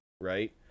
right